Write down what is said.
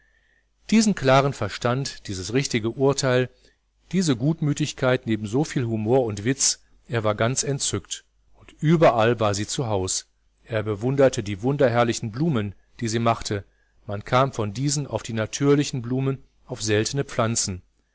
diesen klaren verstand dieses richtige urteil diese gutmütigkeit neben so viel humor und witz er war ganz entzückt und überall war sie zu haus er bewunderte die wunderherrlichen blumen die sie machte man kam von diesen auf die natürlichen blumen auf seltene pflanzen